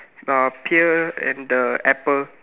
the pier and the apple